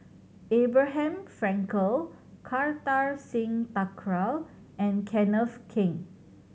Abraham Frankel Kartar Singh Thakral and Kenneth Keng